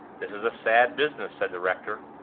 this is a sad business, said the rector.